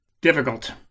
difficult